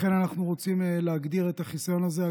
לכן אנחנו רוצים להגדיר את החיסיון הזה.